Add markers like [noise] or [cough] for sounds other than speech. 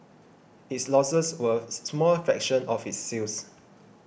its losses were [noise] a small fraction of its sales